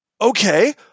okay